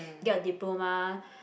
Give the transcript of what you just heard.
get a diploma